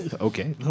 Okay